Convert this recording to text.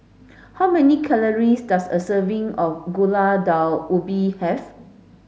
how many calories does a serving of Gulai Daun Ubi have